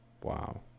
wow